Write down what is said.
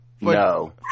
No